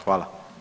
Hvala.